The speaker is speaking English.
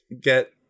get